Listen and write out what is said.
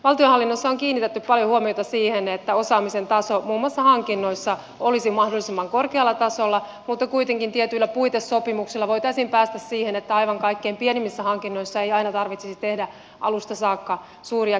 valtionhallinnossa on kiinnitetty paljon huomiota siihen että osaamisen taso muun muassa hankinnoissa olisi mahdollisimman korkealla tasolla mutta kuitenkin tietyillä puitesopimuksilla voitaisiin päästä siihen että aivan kaikkein pienimmissä hankinnoissa ei aina tarvitsisi tehdä alusta saakka suuria kilpailutuksia